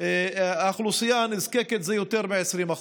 האוכלוסייה הנזקקת הוא יותר מ-20%.